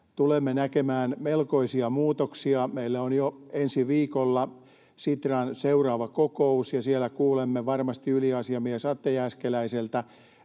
tulemme näkemään melkoisia muutoksia. Meillä on jo ensi viikolla Sitran seuraava kokous, ja siellä kuulemme varmasti yliasiamies Atte Jääskeläiseltä